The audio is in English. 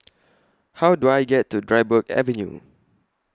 How Do I get to Dryburgh Avenue